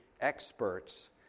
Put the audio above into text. experts